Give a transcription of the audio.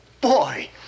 boy